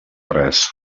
res